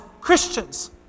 Christians